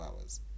hours